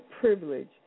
privilege